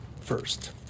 first